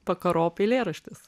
vakarop eilėraštis